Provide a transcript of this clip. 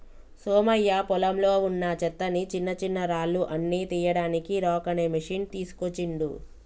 సోమయ్య పొలంలో వున్నా చెత్తని చిన్నచిన్నరాళ్లు అన్ని తీయడానికి రాక్ అనే మెషిన్ తీస్కోచిండు